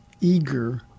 eager